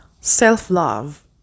self-love